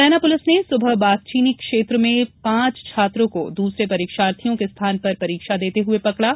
Morena police ने सुबह बागचीनी क्षेत्र में पांच छात्रों को दूसरे परीक्षार्थियों के स्थान पर परीक्षा र्देते हुए पकड़ा